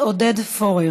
האהבה